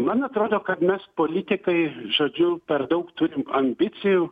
man atrodo kad mes politikai žodžiu per daug turim ambicijų